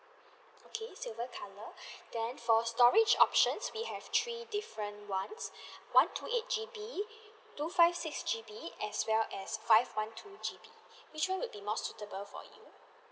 okay silver colour then for storage options we have three different ones one two eight G_B two five six G_B as well as five one two G_B which one would be more suitable for you